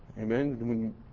Amen